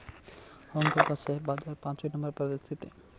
Hong Kong का share बाजार पांचवे नम्बर पर स्थित है